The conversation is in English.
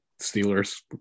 Steelers